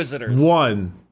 one